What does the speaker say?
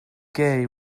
gay